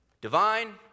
Divine